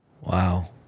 Wow